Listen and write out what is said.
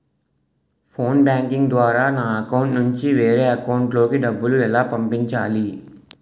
Phone banking ద్వారా నా account నుంచి వేరే అకౌంట్ లోకి డబ్బులు ఎలా పంపించాలి?